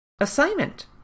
Assignment